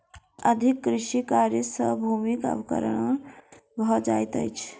अधिक कृषि कार्य सॅ भूमिक अवक्रमण भ जाइत अछि